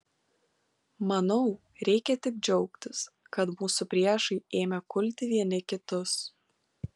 manau reikia tik džiaugtis kad mūsų priešai ėmė kulti vieni kitus